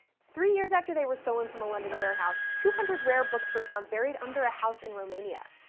three years after they were stolen from a london warehouse, two hundred rare books were found buried under a house in romania.